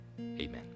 amen